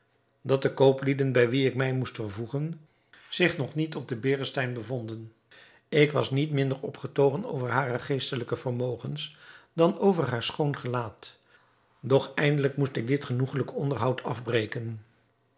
dat de kooplieden bij wie ik mij moest vervoegen zich nog niet op den berestein bevonden ik was niet minder opgetogen over hare geestelijke vermogens dan over haar schoon gelaat doch eindelijk moest ik dit genoegelijk onderhoud afbreken